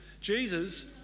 Jesus